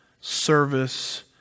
service